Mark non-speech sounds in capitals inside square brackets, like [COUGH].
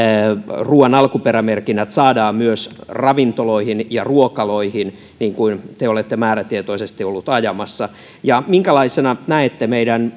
ruuan alkuperämerkinnät saadaan myös ravintoloihin ja ruokaloihin mitä te olette määrätietoisesti ollut ajamassa ja minkälaisena näette meidän [UNINTELLIGIBLE]